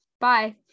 bye